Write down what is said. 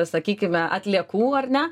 sakykime atliekų ar ne